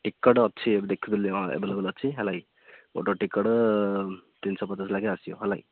ticket ଅଛି ଏବେ ଦେଖୁଥିଲି ହଁ ଏଭେଲେବୁଲ୍ ଅଛି ହେଲାକି ଗୋଟେ ଟିକଟ୍ ତିନିଶହ ପଚାଶ ଲେଖାଁ ଆସିବ ହେଲା